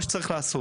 מה שצריך לעשות,